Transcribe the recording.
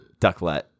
Ducklet